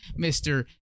Mr